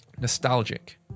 nostalgic